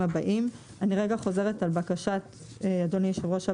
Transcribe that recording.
הבאים: אני רגע חוזרת על בקשת אדוני יושב ראש הוועדה,